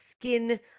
skin